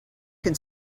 can